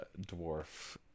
dwarf